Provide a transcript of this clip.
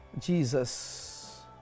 Jesus